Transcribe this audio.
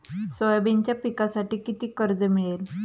सोयाबीनच्या पिकांसाठी किती कर्ज मिळेल?